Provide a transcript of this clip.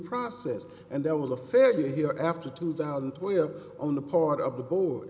process and there was a fairly here after two thousand where on the part of the board